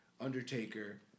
Undertaker